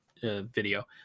video